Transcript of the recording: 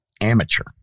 amateur